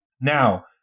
Now